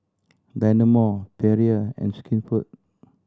Dynamo Perrier and Skinfood